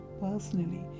personally